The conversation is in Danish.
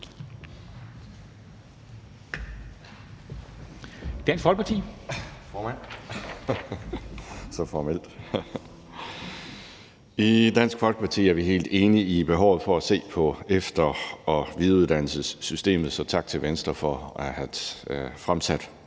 (DF): Tak, formand. I Dansk Folkeparti er vi helt enige i behovet for at se på efter- og videreuddannelsessystemet, så tak til Venstre for at have fremsat